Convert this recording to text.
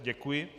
Děkuji.